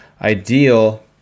ideal